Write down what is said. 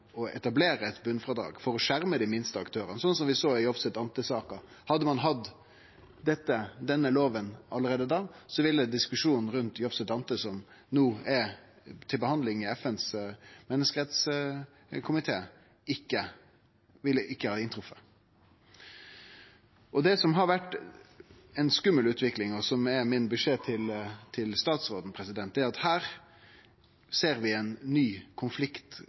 å etablere eit botnfrådrag for å skjerme dei minste aktørane, som vi så i Jovsset Ánte-saka. Hadde ein hatt denne loven allereie da, ville diskusjonen rundt Jovsset Ánte-saka, som no blir behandla i FNs menneskerettskomité, ikkje ha inntreft. Det som har vore ei skummel utvikling, og som er beskjeden min til statsråden, er at her ser vi ein ny konflikt